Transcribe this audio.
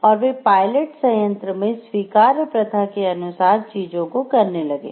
और वे पायलट संयंत्र में स्वीकार्य प्रथा के अनुसार चीजों को करने लगे